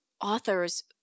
authors